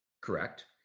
Correct